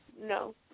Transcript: no